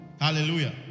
Hallelujah